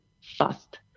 fast